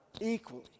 equally